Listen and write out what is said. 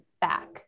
back